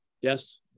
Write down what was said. Yes